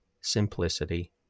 simplicity